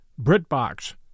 BritBox